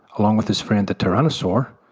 along with his friend the tyrannosaur,